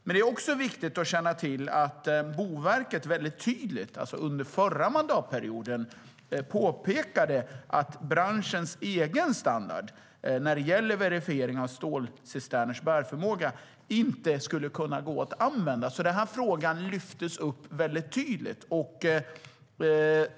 Men det är också viktigt att känna till att Boverket väldigt tydligt under förra mandatperioden påpekade att branschens egen standard när det gäller verifiering av stålcisterners bärförmåga inte skulle kunna gå att använda. Den frågan lyftes upp väldigt tydligt.